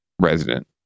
resident